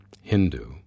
Hindu